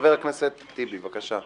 חבר הכנסת טיבי, בבקשה.